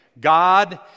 God